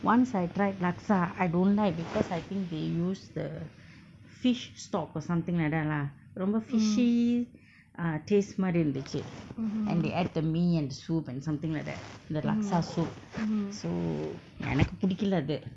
once I tried laksa I don't like because I think they use the fish stock or something like that lah ரொம்ப:romba fishy-aa taste மாரி இருந்துச்சு:maari irundthuchsu and they add the mee and soup and something like that the laksa soup so எனக்கு புடிக்கல அது:enakku pudikkala athu